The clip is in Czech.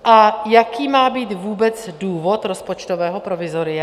A jaký má být vůbec důvod rozpočtového provizoria?